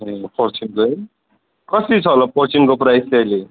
ए फर्चुनको है कति छ होला फर्चुनको प्राइस चाहिँ अहिले